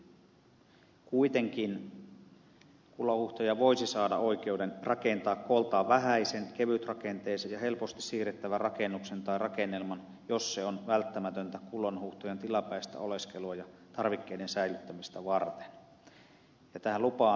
kuitenkin kullanhuuhtoja voisi saada oikeuden rakentaa kooltaan vähäisen kevytrakenteisen ja helposti siirrettävän rakennuksen tai rakennelman jos se on välttämätöntä kullanhuuhtojan tilapäistä oleskelua ja tarvikkeiden säilyttämistä varten